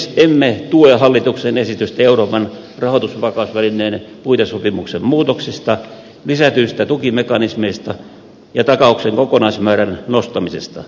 emme tue hallituksen esitystä euroopan rahoitusvakausvälineen puitesopimuksen muutoksesta lisätyistä tukimekanismeista ja takauksen kokonaismäärän nostamisesta